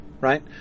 right